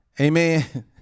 amen